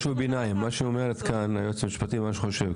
משהו ביניים בין מה שאומרת כאן היועצת המשפטית למה שאת אומרת.